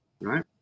right